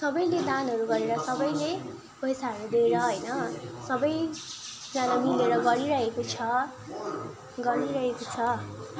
सबैले दानहरू गरेर सबैले पैसाहरू दिएर होइन सबैजना मिलेर गरिरहेको छ गरिरहेको छ